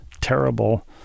terrible